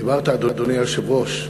דיברת, אדוני היושב-ראש,